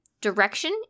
Direction